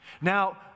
Now